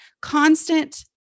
constant